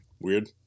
Weird